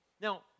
Now